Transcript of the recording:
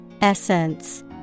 Essence